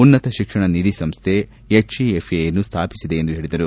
ಉನ್ನತ ಶಿಕ್ಷಣ ನಿಧಿ ಸಂಸ್ಥೆ ಎಚ್ಇಎಫ್ಎಯನ್ನು ಸ್ಥಾಪಿಸಿದೆ ಎಂದು ಹೇಳಿದರು